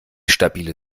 stabile